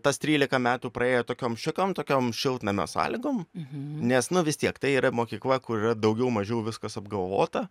tas trylika metų praėjo tokiom šiokiom tokiom šiltnamio sąlygom nes nu vis tiek tai yra mokykla kur yra daugiau mažiau viskas apgalvota